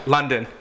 London